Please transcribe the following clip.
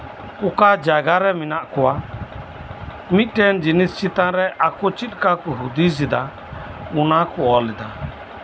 ᱚᱠᱟ ᱡᱟ ᱜᱟ ᱨᱮ ᱢᱮᱱᱟᱜ ᱠᱚᱣᱟ ᱢᱤᱫᱴᱮᱱ ᱡᱤᱱᱤᱥ ᱪᱮᱛᱟᱱ ᱨᱮ ᱟᱠᱚ ᱪᱮᱫᱞᱮᱠᱟ ᱠᱚ ᱦᱩᱫᱤᱥᱮᱫᱟ ᱚᱱᱟ ᱠᱚ ᱚᱞᱮᱫᱟ